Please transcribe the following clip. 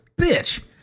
bitch